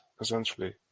essentially